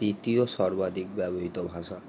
তৃতীয় সর্বাধিক ব্যবহৃত ভাষা